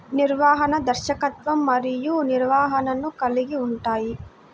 నిర్వహణ, దర్శకత్వం మరియు నిర్వహణను కలిగి ఉంటాయి